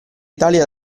italia